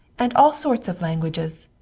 and all sorts of languages.